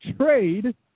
trade